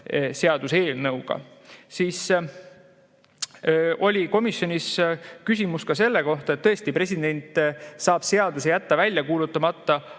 seaduseelnõuga. Komisjonis oli küsimus ka selle kohta, et tõesti, president saab seaduse jätta välja kuulutamata